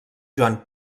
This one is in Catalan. joan